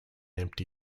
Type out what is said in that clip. empty